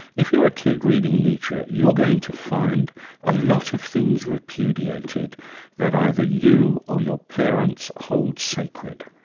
if you're a kid reading nietzsche, you're going to find a lot of things repudiated that either you or your parents hold sacred.